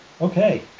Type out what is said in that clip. Okay